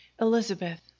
Elizabeth